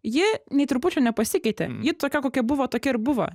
ji nei trupučio nepasikeitė ji tokia kokia buvo tokia ir buvo